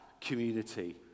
community